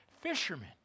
Fishermen